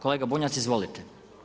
Kolega Bunjac, izvolite.